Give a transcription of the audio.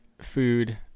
food